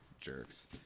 jerks